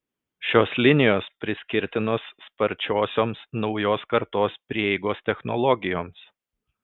šios linijos priskirtinos sparčiosioms naujos kartos prieigos technologijoms